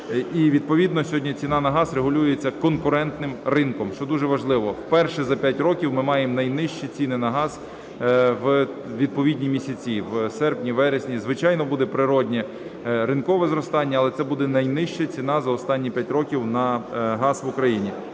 І відповідно сьогодні ціна на газ регулюється конкурентним ринком, що дуже важливо. Вперше за 56 років ми маємо найнижчі ціни на газ у відповідні місяці – в серпні, вересні. Звичайно, буде природнє ринкове зростання, але це буде найнижча ціна за останні 5 років на газ в Україні.